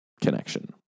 connection